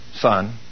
Son